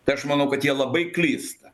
tai aš manau kad jie labai klysta